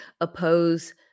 oppose